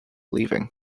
leaving